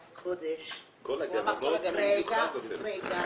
קודש --- כל הגננות ובמיוחד בפריפריה.